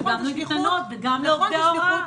גם לגננות וגם לעובדי ההוראה.